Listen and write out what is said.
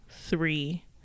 three